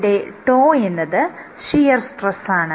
ഇവിടെ τ എന്നത് ഷിയർ സ്ട്രെസ്സാണ്